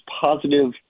positive